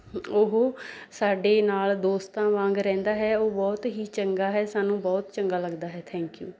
ਉਹ ਸਾਡੇ ਨਾਲ ਦੋਸਤਾਂ ਵਾਂਗ ਰਹਿੰਦਾ ਹੈ ਉਹ ਬਹੁਤ ਹੀ ਚੰਗਾ ਹੈ ਸਾਨੂੰ ਬਹੁਤ ਚੰਗਾ ਲੱਗਦਾ ਹੈ ਥੈਂਕ ਯੂ